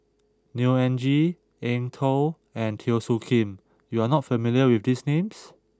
Neo Anngee Eng Tow and Teo Soon Kim you are not familiar with these names